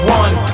one